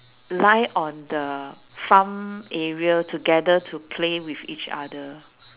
lie on the farm area together to play with each other